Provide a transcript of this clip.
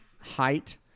height